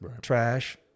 Trash